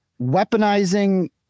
weaponizing